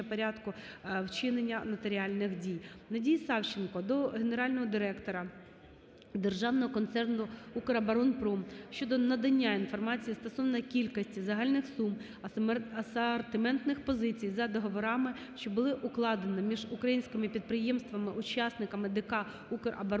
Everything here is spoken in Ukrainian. Надії Савченко до генерального директора Державного концерну "Укроборонпром" щодо надання інформації стосовно кількості, загальних сум, асортиментних позицій за договорами, що було укладено між українськими підприємствами - учасниками ДК "Укроборонпром"